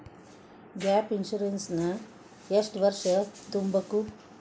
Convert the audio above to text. Gap insurance ನ ಎಷ್ಟ್ ವರ್ಷ ತುಂಬಕು?